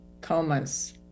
comas